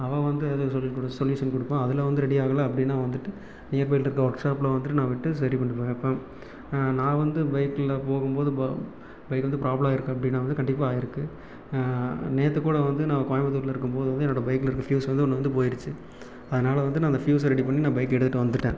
அவன் வந்து எதாவது சொல்லிக் கு சொல்யூஷன் கொடுப்பான் அதில் வந்து ரெடி ஆகலை அப்படின்னா வந்துட்டு நியர்பைல இருக்க ஒர்க் ஷாப்ல வந்துட்டு நான் விட்டு சரி பண்ணிப் பார்ப்பேன் நான் வந்து பைக்கில் போகும்போது ப பைக் வந்து ப்ராப்லம் ஆயிருக்கா அப்படின்னா வந்து கண்டிப்பாக ஆயிருக்குது நேற்றுக்கூட வந்து நான் கோயம்பத்தூர்ல இருக்கும்போது வந்து என்னோடய பைக்கில் இருக்க ஃபியூஸ் வந்து ஒன்று வந்து போயிருச்சு அதனால் வந்து நான் அந்த ஃபியூஸை ரெடி பண்ணி நான் பைக்கை எடுத்துகிட்டு வந்துட்டேன்